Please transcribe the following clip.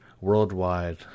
worldwide